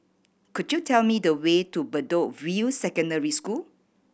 could you tell me the way to Bedok View Secondary School